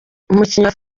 umukinnyi